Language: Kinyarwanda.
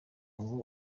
ngo